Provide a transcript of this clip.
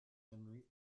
henry